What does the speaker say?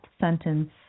sentence